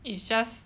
it's just